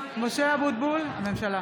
חברי הכנסת)